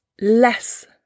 less